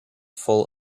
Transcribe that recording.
full